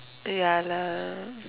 ya lah